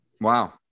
Wow